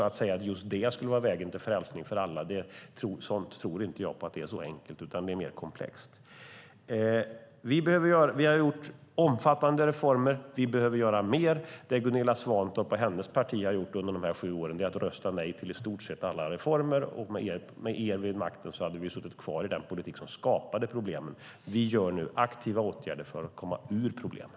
Att det skulle vara så enkelt som att just Nossebros modell är vägen till frälsning för alla tror jag inte på. Det är mer komplext. Vi har gjort omfattande reformer, men vi behöver göra mer. Det Gunilla Svantorp och hennes parti har gjort under de här sju åren är att rösta nej till i stort sett alla reformer. Med er vid makten hade vi suttit kvar i den politik som skapade problemen. Vi vidtar nu aktiva åtgärder för att komma ur problemen.